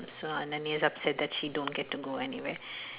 so ananya is upset that she don't get to go anywhere